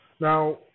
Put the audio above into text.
Now